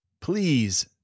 Please